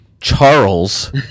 Charles